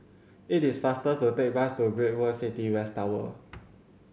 it is faster to take a bus to Great World City West Tower